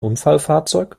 unfallfahrzeug